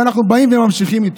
ואנחנו ממשיכים איתו.